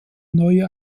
neuer